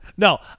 No